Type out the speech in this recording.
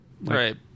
Right